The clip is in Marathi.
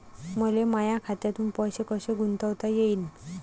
मले माया खात्यातून पैसे कसे गुंतवता येईन?